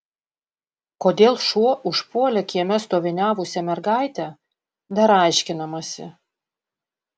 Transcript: kodėl šuo užpuolė kieme stoviniavusią mergaitę dar aiškinamasi